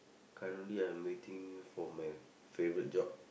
currently I'm waiting for my favorite job